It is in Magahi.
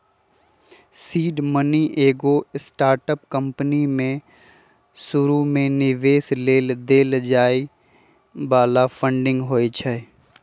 सीड मनी एगो स्टार्टअप कंपनी में शुरुमे निवेश लेल देल जाय बला फंडिंग होइ छइ